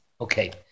Okay